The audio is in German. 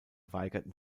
weigerten